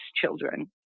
children